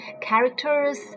characters